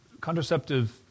contraceptive